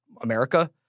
America